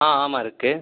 ஆ ஆமாம் இருக்குது